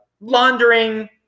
laundering